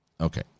okay